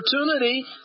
opportunity